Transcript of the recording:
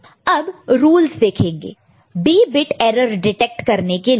अब रूलस देखेंगे b bit error detect करने के लिए